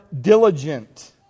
diligent